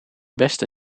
beste